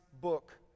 book